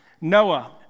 Noah